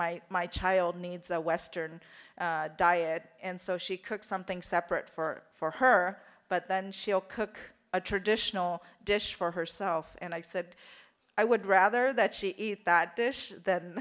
my my child needs a western diet and so she cooks something separate for her but then she'll cook a traditional dish for herself and i said i would rather that she eat that dish than